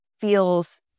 feels